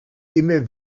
immer